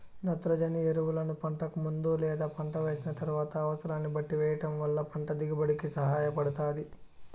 నత్రజని ఎరువులను పంటకు ముందు లేదా పంట వేసిన తరువాత అనసరాన్ని బట్టి వెయ్యటం వల్ల పంట దిగుబడి కి సహాయపడుతాది